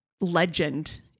legend